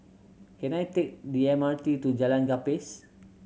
can I take the M R T to Jalan Gapis